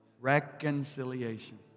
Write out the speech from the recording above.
reconciliation